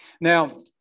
Now